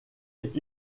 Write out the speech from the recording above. est